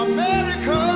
America